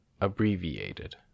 abbreviated